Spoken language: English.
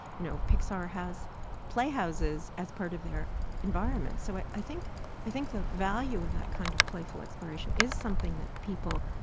you know, pixar has playhouses as part of their environment so i think i think the value of that kind of playful exploration is something that people,